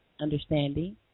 understanding